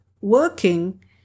working